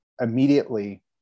immediately